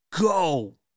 go